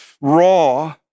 raw